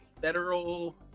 Federal